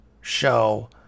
show